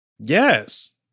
Yes